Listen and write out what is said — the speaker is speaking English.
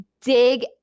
dig